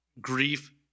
grief